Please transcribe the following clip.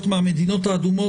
המדינות האדומות,